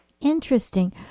Interesting